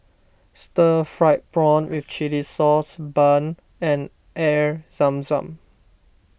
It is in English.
Stir Fried Prawn with Chili Sauce Bun and Air Zam Zam